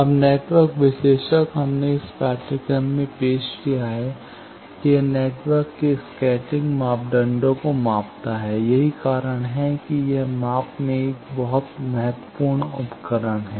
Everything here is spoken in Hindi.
अब नेटवर्क विश्लेषक हमने इस पाठ्यक्रम में पेश किया है कि यह एक नेटवर्क के स्कैटरिंग मापदंडों को मापता है यही कारण है कि यह माप में एक बहुत महत्वपूर्ण उपकरण है